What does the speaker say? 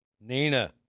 Nina